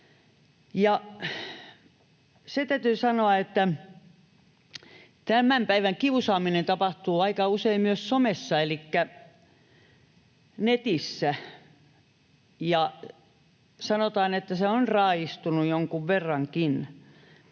Ja se täytyy sanoa, että tämän päivän kiusaaminen tapahtuu aika usein myös somessa elikkä netissä, ja sanotaan, että se on raaistunut jonkun verrankin